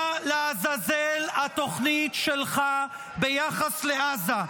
מה לעזאזל התוכנית שלך ביחס לעזה?